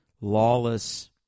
lawless